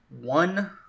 one